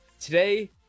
Today